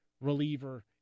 reliever